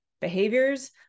behaviors